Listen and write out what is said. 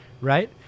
right